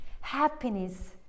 happiness